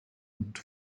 und